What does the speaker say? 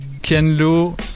Kenlo